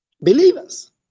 Believers